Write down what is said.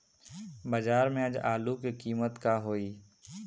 बाजार में आज आलू के कीमत का होई?